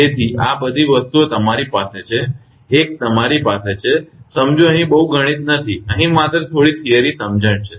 તેથી આ બધી વસ્તુઓ તમારી પાસે છે એક તમારી પાસે છે સમજો અહીં બહુ ગણિત નથી અહીં માત્ર થોડી થિયરી સમજણ છે